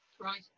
Right